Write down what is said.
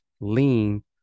lean